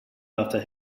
after